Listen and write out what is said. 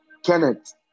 Kenneth